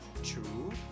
true